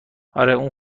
آره